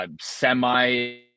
Semi